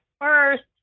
first